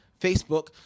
Facebook